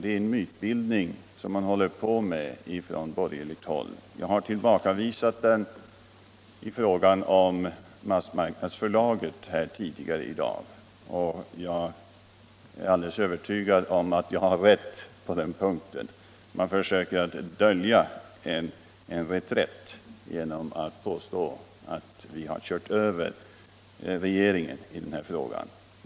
Det är en mytbildning som man ägnar sig åt på borgerligt håll. Jag har tillbakavisat den i fråga om massmarknadsförlaget tidigare i dag, och jag är alldeles övertygad om att jag har rätt på den punkten. Man försöker att dölja en reträtt genom att påstå att vi har kört över regeringen i den här frågan.